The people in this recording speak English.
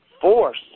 force